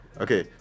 Okay